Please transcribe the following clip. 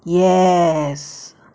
yes